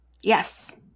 Yes